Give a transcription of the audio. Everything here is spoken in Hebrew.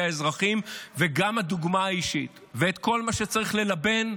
האזרחים וגם הדוגמה האישית ואת כל מה שצריך ללבן,